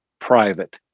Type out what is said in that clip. private